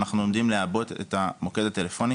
אנחנו עומדים לעבות את המוקד הטלפוני.